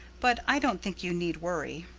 but i don't think you need worry.